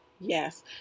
Yes